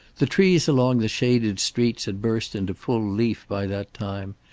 the trees along the shaded streets had burst into full leaf by that time,